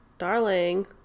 darling